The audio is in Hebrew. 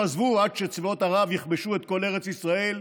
עזבו עד שצבאות ערב יכבשו את כל ארץ ישראל,